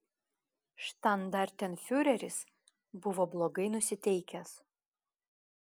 štandartenfiureris buvo blogai nusiteikęs